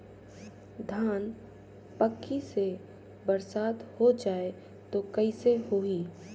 धान पक्की से बरसात हो जाय तो कइसे हो ही?